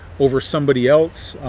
over somebody else,